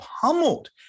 pummeled